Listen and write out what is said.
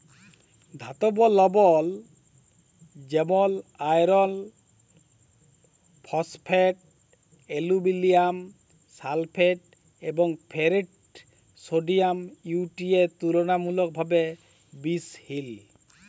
ধাতব লবল যেমল আয়রল ফসফেট, আলুমিলিয়াম সালফেট এবং ফেরিক সডিয়াম ইউ.টি.এ তুললামূলকভাবে বিশহিল